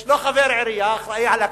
יש חבר עירייה שאחראי לכספים,